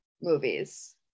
movies